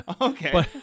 Okay